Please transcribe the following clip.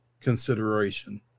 consideration